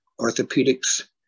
orthopedics